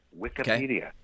Wikipedia